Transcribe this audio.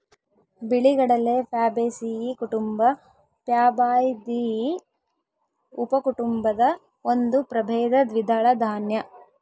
ಬಿಳಿಗಡಲೆ ಪ್ಯಾಬೇಸಿಯೀ ಕುಟುಂಬ ಪ್ಯಾಬಾಯ್ದಿಯಿ ಉಪಕುಟುಂಬದ ಒಂದು ಪ್ರಭೇದ ದ್ವಿದಳ ದಾನ್ಯ